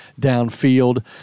downfield